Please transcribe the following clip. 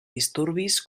disturbis